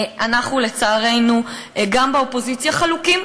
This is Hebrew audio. אנחנו, לצערנו, גם באופוזיציה, חלוקים.